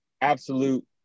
absolute